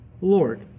Lord